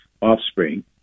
offspring